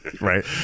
right